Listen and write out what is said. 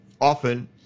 often